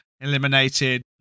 eliminated